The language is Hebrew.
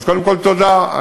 אז קודם כול, תודה.